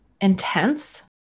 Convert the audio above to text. intense